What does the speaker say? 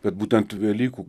bet būtent velykų